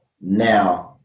now